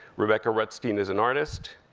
rebecca rutstein is an artist,